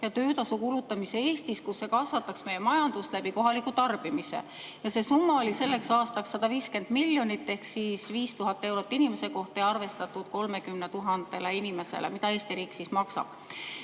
töötasu kulutamise Eestis, kus see kasvatab meie majandust läbi kohaliku tarbimise. See summa oli selleks aastaks 150 miljonit – 5000 eurot inimese kohta ja arvestatud 30 000 inimesele –, mida Eesti riik maksab.